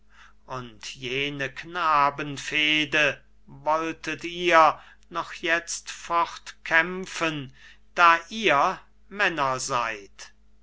und jene knabenfehde wolltet ihr nicht jetzt fortkämpfen da ihr männer seid